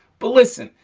but listen,